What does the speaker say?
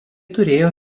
turėjo